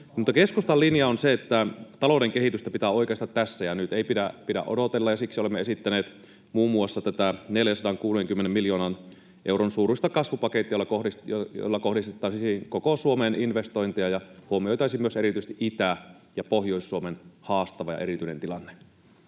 Keskustan linja on se, että talouden kehitystä pitää oikaista tässä ja nyt. Ei pidä odotella, ja siksi olemme esittäneet muun muassa tätä 460 miljoonan euron suuruista kasvupakettia, jolla kohdistettaisiin koko Suomeen investointeja ja huomioitaisiin myös erityisesti Itä‑ ja Pohjois-Suomen haastava ja erityinen tilanne.